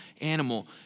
animal